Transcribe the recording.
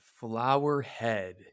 Flowerhead